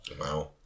Wow